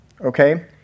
okay